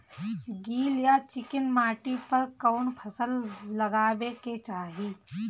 गील या चिकन माटी पर कउन फसल लगावे के चाही?